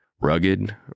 Rugged